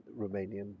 Romanian